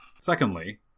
Secondly